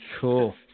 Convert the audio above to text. cool